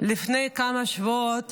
לפני כמה שבועות